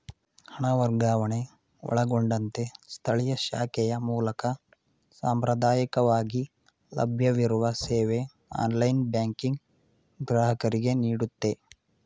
ಹಣ ವರ್ಗಾವಣೆ ಒಳಗೊಂಡಂತೆ ಸ್ಥಳೀಯ ಶಾಖೆಯ ಮೂಲಕ ಸಾಂಪ್ರದಾಯಕವಾಗಿ ಲಭ್ಯವಿರುವ ಸೇವೆ ಆನ್ಲೈನ್ ಬ್ಯಾಂಕಿಂಗ್ ಗ್ರಾಹಕರಿಗೆನೀಡುತ್ತೆ